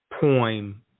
poem